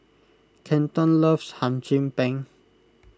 Kenton loves Hum Chim Peng